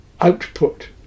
output